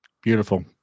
Beautiful